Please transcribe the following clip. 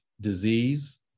disease